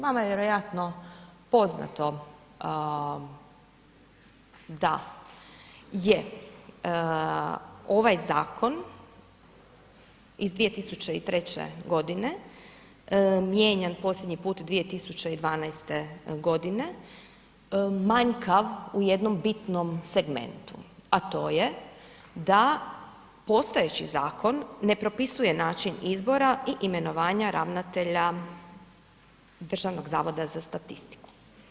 Vama je vjerojatno poznato da je ovaj zakon iz 2003. godine mijenjan posljednji put 2012. godine manjkav u jednom bitnom segmentu a to je da postojeći zakon ne propisuje način izbora i imenovanja ravnatelja Državnog zavoda za statistiku.